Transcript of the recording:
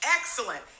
excellent